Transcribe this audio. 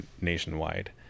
nationwide